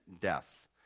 death